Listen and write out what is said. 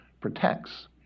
protects